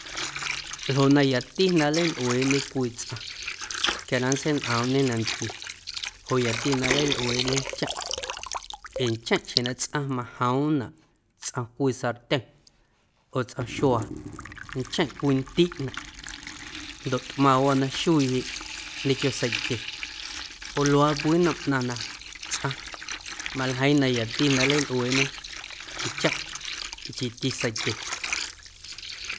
Ljoꞌ na yati na nleilꞌueeꞌñe cwii tsꞌaⁿ quia na nntseiñꞌoomꞌñe nantquie joꞌ yati na nleilꞌueeꞌñê ncheⁿꞌ ee cheⁿ xjeⁿ na tsꞌaⁿ majoomꞌnaꞌ tsꞌom cwii sartyeⁿ oo tsꞌom xuaa ncheⁿꞌ cwindiꞌnaꞌ ndoꞌ tꞌmaⁿwaa na xuiiꞌ jeꞌ ñequio seitye joꞌ luaaꞌ cwii nnom ꞌnaⁿ na tsꞌaⁿ maljeiiⁿ na yati na nleilꞌueeꞌñe ncheⁿꞌ nchiiti seitye.